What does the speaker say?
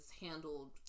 handled